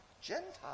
Gentiles